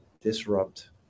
Disrupt